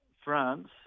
France